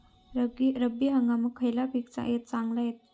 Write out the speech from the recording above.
रब्बी हंगामाक खयला पीक चांगला होईत?